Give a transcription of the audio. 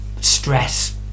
stress